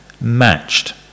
matched